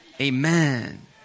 Amen